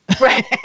right